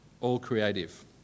all-creative